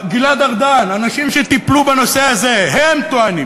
גלעד ארדן, אנשים שטיפלו בנושא הזה, הם טוענים